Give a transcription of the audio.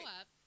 up